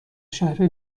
شهر